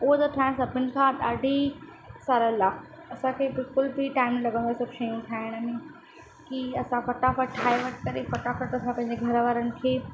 उहो त ठाहिणु सभिनि खां ॾाढी सरल आहे असांखे बिल्कुलु बि टाईम न लॻंदो आहे हीउ सभु शयूं ठाहिण में की असां फटाफट ठाहे करे फटाफट असां पंहिंजे घर वारनि खे